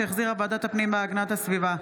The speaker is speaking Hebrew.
שהחזירה ועדת הפנים והגנת הסביבה.